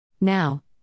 Now